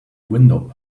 window